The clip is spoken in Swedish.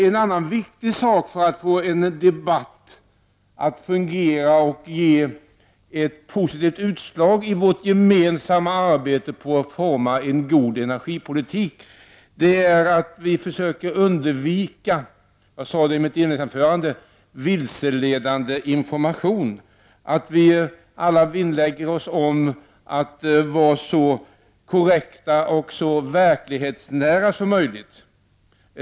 En annan viktig sak för att få en debatt att fungera och ge ett positivt utslag i vårt gemensamma arbete med att forma en god energipolitik är att vi — som jag sade i mitt inledningsanförande — försöker undvika vilseledande information, att vi alla vinnlägger oss om att vara så korrekta och så verklighetsnära som möjligt.